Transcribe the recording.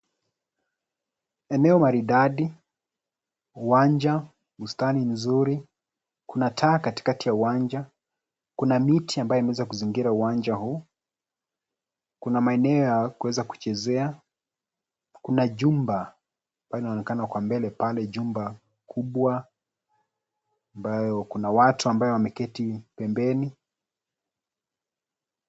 Eneo maridadi, uwanja, bustani nzuri. Kuna taa katikati ya uwanja, kuna miti ambayo imeweza kuzingira uwanja huu. Kuna maeneo ya kuweza kuchezea, kuna jumba, pale linaonekana kwa mbele pale jumba kubwa, ambayo kuna watu ambao wameketi pembeni.